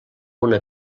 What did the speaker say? una